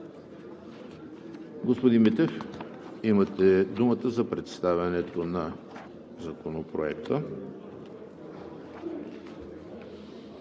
Господин Митев, имате думата да представите Законопроекта.